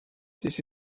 this